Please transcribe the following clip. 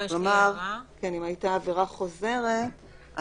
אם הייתה עבירה חוזרת,